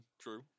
True